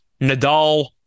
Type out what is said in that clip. Nadal